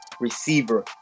receiver